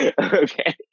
Okay